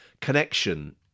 connection